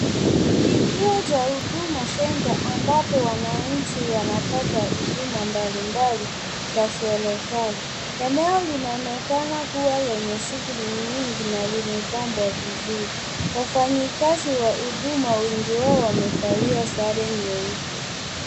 Kituo cha Huduma Center ambapo wanainchi wanapata huduma mbalimbali mbali za serikali. Eneo linaonekana kuwa lenye shuguli mingi na limepampwa vizuri. Wafanyi kazi wa Huduma wengi wao wamevalia sare nyeupe.